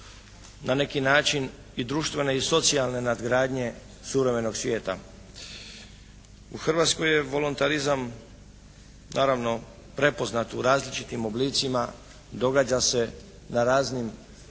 na neki način i društvene i socijalne nadgradnje suvremenog svijeta. U Hrvatskoj je volontarizam naravno prepoznat u različitim oblicima, događa se na raznim i mnogim